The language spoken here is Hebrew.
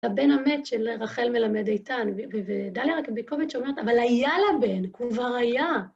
הבן המת של רחל מלמד, איתן, ודליה רביקוביץ' אומרת "אבל היה לה בן, כבר היה..."